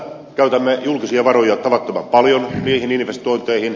käytämme julkisia varoja tavattoman paljon niihin investointeihin